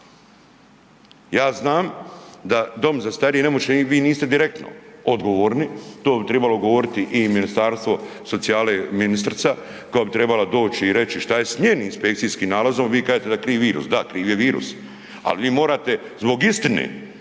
Ja znam da dom za starije i nemoćne i vi niste direktno odgovorni, to bi tribalo odgovoriti i Ministarstvo socijale ministrica, koja bi trebala doći i reći šta je s njenim inspekcijskim nalazom, vi kažete da je kriv virus, da kriv je virus, ali vi morate zbog istine